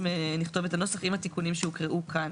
נכתוב את הנוסח עם התיקונים שהוקראו כאן.